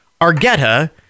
Argetta